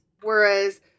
whereas